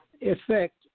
effect